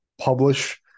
publish